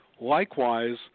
Likewise